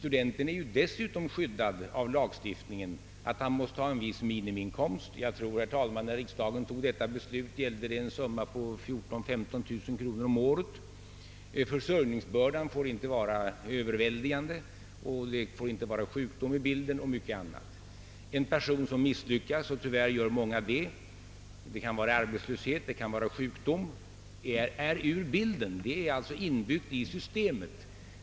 Han är dessutom skyddad av lagstiftningen om att han måste ha en viss minimiinkomst; jag tror, herr talman, att riksdagen beslutade om en summa på 14 000—15 000 kronor om året. Försörjningsbördan får inte vara överväldigande, sjukdom får inte förekomma o.s.v. En person som misslyckas — tyvärr gör många det, kanske på grund av arbetslöshet eller sjukdom — är ur bilden. Allt detta är alltså inbyggt i systemet.